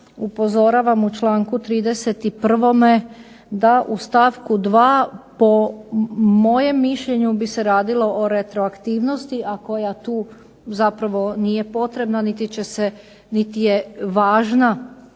Upozoravam u članku 31. da u stavku 2. po mojem mišljenju bi se radilo o retroaktivnosti, a koja tu zapravo nije potrebna niti je važna